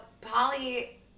Polly